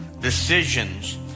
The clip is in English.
decisions